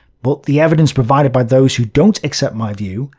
but the evidence provided by those who don't accept my view,